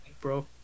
bro